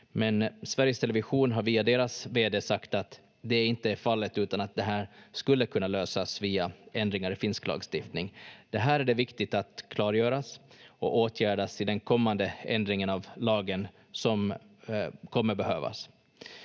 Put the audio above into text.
Sveriges Television har via deras vd sagt att det inte är fallet, utan att det här skulle kunna lösas via ändringar i finsk lagstiftning. Det är viktigt att det här klargörs och åtgärdas i den kommande ändringen av lagen som kommer behövas.